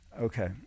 Okay